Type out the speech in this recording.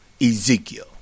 Ezekiel